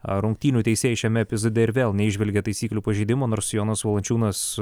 rungtynių teisėjai šiame epizode ir vėl neįžvelgė taisyklių pažeidimo nors jonas valančiūnas